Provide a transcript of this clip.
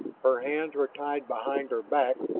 her hands were tied behind her back,